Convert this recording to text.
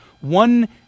One